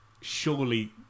Surely